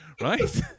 Right